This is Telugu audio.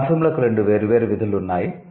ఈ మార్ఫిమ్లకు రెండు వేర్వేరు విధులు ఉన్నాయి